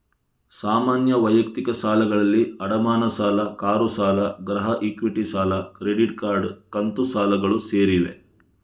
ಸಾಮಾನ್ಯ ವೈಯಕ್ತಿಕ ಸಾಲಗಳಲ್ಲಿ ಅಡಮಾನ ಸಾಲ, ಕಾರು ಸಾಲ, ಗೃಹ ಇಕ್ವಿಟಿ ಸಾಲ, ಕ್ರೆಡಿಟ್ ಕಾರ್ಡ್, ಕಂತು ಸಾಲಗಳು ಸೇರಿವೆ